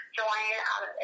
join